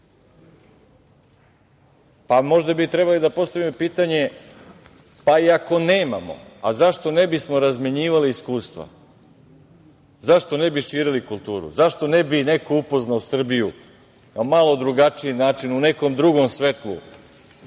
Možda bi trebali da postavimo pitanje pa i ako nemamo, zašto ne bismo razmenjivali iskustva? Zašto ne bi širili kulturu, zašto ne bi neko upoznao Srbiju na malo drugačiji način u nekom drugom svetlu